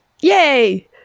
yay